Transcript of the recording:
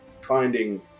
finding